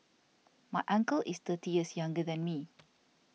my uncle is thirty years younger than me